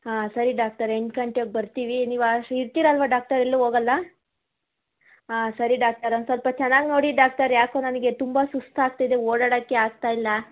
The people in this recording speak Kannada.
ಹಾಂ ಸರಿ ಡಾಕ್ಟರ್ ಎಂಟು ಗಂಟೆಗೆ ಬರ್ತೀವಿ ನೀವು ಸಿ ಇರ್ತೀರಲ್ಲವ ಡಾಕ್ಟರ್ ಎಲ್ಲೂ ಹೋಗಲ್ಲ ಹಾಂ ಸರಿ ಡಾಕ್ಟರ್ ಒಂದು ಸ್ವಲ್ಪ ಚೆನ್ನಾಗಿ ನೋಡಿ ಡಾಕ್ಟರ್ ಯಾಕೋ ನನಗೆ ತುಂಬ ಸುಸ್ತಾಗ್ತಿದೆ ಓಡಾಡೋಕ್ಕೇ ಆಗ್ತಾ ಇಲ್ಲ